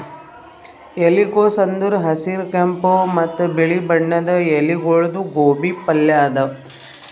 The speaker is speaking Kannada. ಎಲಿಕೋಸ್ ಅಂದುರ್ ಹಸಿರ್, ಕೆಂಪ ಮತ್ತ ಬಿಳಿ ಬಣ್ಣದ ಎಲಿಗೊಳ್ದು ಗೋಬಿ ಪಲ್ಯ ಅದಾ